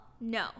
no